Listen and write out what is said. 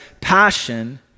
passion